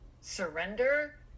surrender